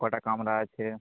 কটা কামরা আছে